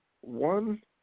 one